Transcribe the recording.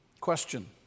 Question